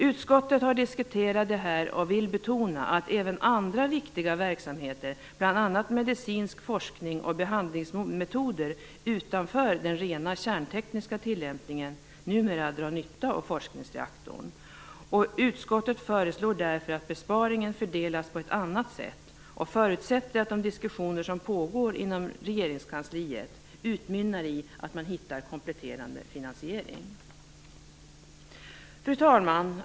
Utskottet har diskuterat detta och vill betona att även andra viktiga verksamheter, bl.a. medicinsk forskning och behandlingsmetoder utanför den rena kärntekniska tillämpningen, numera drar nytta av forskningsreaktorn. Utskottet föreslår därför att besparingen fördelas på ett annat sätt, och förutsätter att de diskussioner som pågår inom regeringskansliet utmynnar i att man hittar kompletterande finansiering. Fru talman!